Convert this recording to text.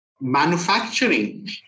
manufacturing